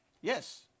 Yes